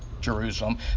Jerusalem